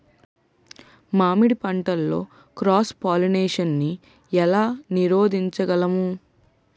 మామిడి పంటలో cross pollination నీ ఏల నీరోధించగలము?